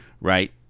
right